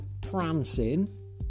prancing